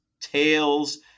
tails